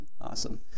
Awesome